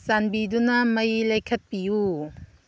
ꯆꯥꯟꯕꯤꯗꯨꯅ ꯃꯩ ꯂꯩꯈꯠꯄꯤꯌꯨ